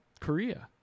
Korea